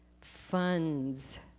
funds